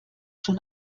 schon